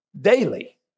daily